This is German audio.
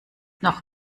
noch